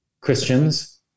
Christians